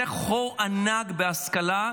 זה חור ענק בהשכלה,